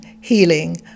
healing